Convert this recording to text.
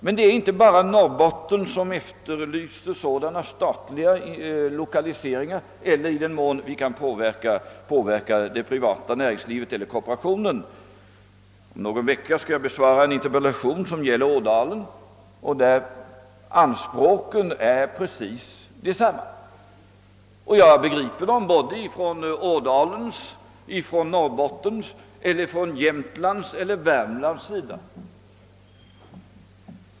Men det är inte bara Norrbotten som efterlyser lokalisering av statliga företag eller — i den mån vi kan påverka utvecklingen därvidlag — lokalisering av företag inom det privata näringslivet eller inom kooperationen. Om någon vecka skall jag besvara en interpellation som gäller Ådalen, och där är anspråken Precis desamma. Och jag begriper des sa anspråk lika väl när de framförs från Ådalen och från Norbotten som när de framförs från Jämtland och Värmland.